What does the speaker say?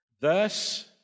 Thus